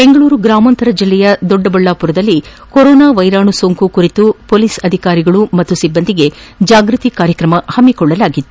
ಬೆಂಗಳೂರು ಗ್ರಾಮಾಂತರ ಜಿಲ್ಲೆಯ ದೊಡ್ಡಬಳ್ಯಾಪುರದಲ್ಲಿ ಕೊರೊನಾ ವೈರಾಣು ಸೋಂಕು ಕುರಿತು ಪೊಲೀಸ್ ಅಧಿಕಾರಿಗಳು ಹಾಗೂ ಸಿಬ್ಲಂದಿಗೆ ಜಾಗ್ಬತಿ ಕಾರ್ಯಕ್ರಮ ಹಮ್ನಿಕೊಳ್ಳಲಾಗಿತ್ತು